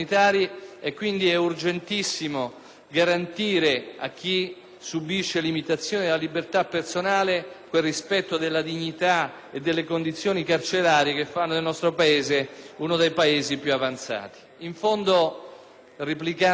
subisce limitazioni della libertà personale il rispetto di quella dignità e quelle condizioni carcerarie che fanno del nostro Paese uno dei Paesi più avanzati. In fondo, replicando a quel che diceva il collega Boscetto, c'è da sottolineare che